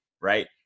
right